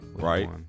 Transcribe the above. Right